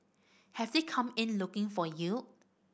have they come in looking for yield